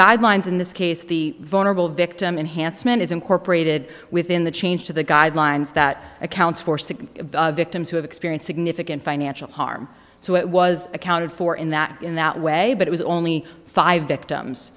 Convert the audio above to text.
guidelines in this case the vulnerable victim and hansen is incorporated within the change to the guidelines that accounts for six victims who have experience significant financial harm so it was accounted for in that in that way but it was only five victims